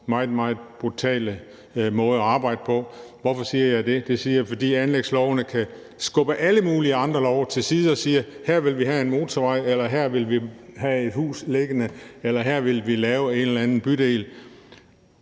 på i forhold til anlægslovene. Hvorfor siger jeg det? Det siger jeg, fordi man med anlægslove kan skubbe alle mulige andre love til side og sige, at her vil vi have en motorvej eller her vil vi have et hus liggende eller her vil vi lave en bydel.